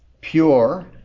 Pure